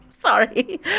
Sorry